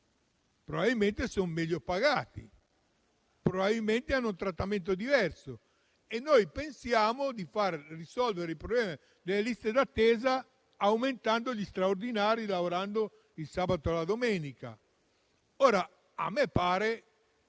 probabilmente sono meglio pagati, probabilmente hanno un trattamento diverso. E noi pensiamo di risolvere il problema delle liste d'attesa aumentando gli straordinari, facendo lavorare il sabato e la domenica. A me pare